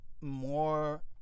more